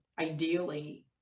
ideally